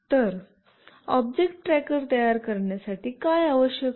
तर object tracker तयार करण्यासाठी काय आवश्यक आहे